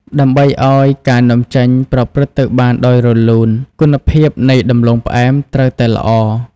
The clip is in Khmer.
ដើម្បីឱ្យការនាំចេញប្រព្រឹត្តទៅបានដោយរលូន គុណភាពនៃដំឡូងផ្អែមត្រូវតែល្អ។